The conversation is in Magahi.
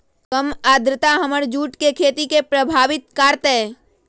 कम आद्रता हमर जुट के खेती के प्रभावित कारतै?